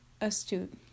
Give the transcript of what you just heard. Astute